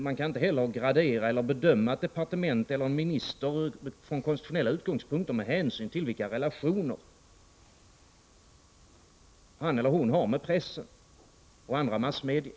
Man kan inte heller gradera eller bedöma ett departement eller en minister från konstitutionella utgångspunkter med hänsyn till vilka relationer han eller hon har med pressen och andra massmedia.